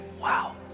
Wow